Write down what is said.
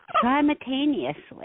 simultaneously